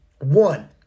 One